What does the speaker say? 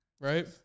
Right